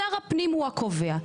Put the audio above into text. שר הפנים הוא הקובע.